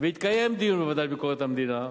והתקיים דיון בוועדה לביקורת המדינה,